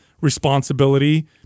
responsibility